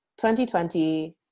2020